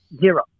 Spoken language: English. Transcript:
zero